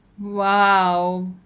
Wow